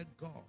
God